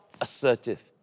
assertive